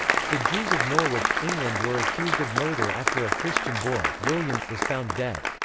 the jews of norwich, england were accused of murder after a christian boy, william, was found dead.